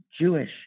Jewish